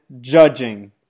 judging